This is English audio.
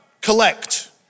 collect